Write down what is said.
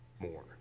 more